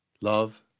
Love